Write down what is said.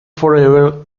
forever